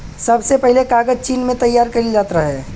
सबसे पहिले कागज चीन में तइयार कइल जात रहे